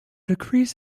decrease